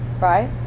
right